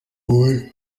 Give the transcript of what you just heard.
umwe